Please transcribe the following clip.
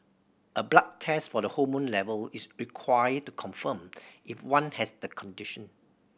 a blood test for the hormone level is required to confirm if one has the condition